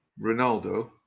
ronaldo